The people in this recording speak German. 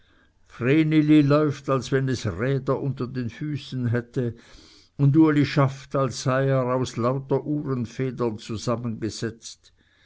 läuft als wenn es räder unter den füßen hätte und uli schafft als sei er aus lauter uhrenfedern zusammengesetzt